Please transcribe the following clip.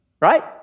right